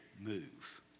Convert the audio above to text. move